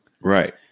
Right